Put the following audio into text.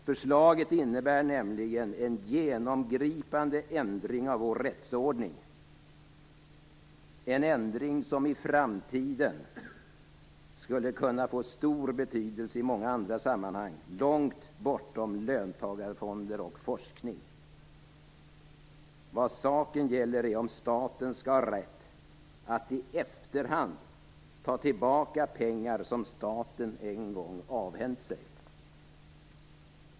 Förslaget innebär nämligen en genomgripande ändring av vår rättsordning - en ändring som i framtiden skulle kunna få stor betydelse i många andra sammanhang långt bortom löntagarfonder och forskning. Vad saken gäller är om staten skall ha rätt att i efterhand ta tillbaka pengar som den en gång avhänt sig.